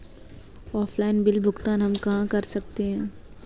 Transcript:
Offline bill भुगतान हम कहां कर सकते हैं?